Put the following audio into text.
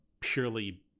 purely